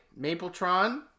Mapletron